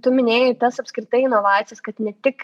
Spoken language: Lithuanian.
tu minėjai tas apskritai inovacijas kad ne tik